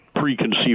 preconceived